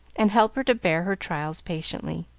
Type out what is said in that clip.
and help her to bear her trials patiently.